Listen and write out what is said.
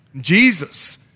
Jesus